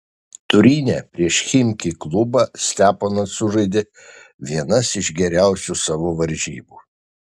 turine prieš chimki klubą steponas sužaidė vienas iš geriausių savo varžybų